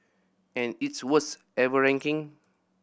and its worst ever ranking